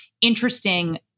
interesting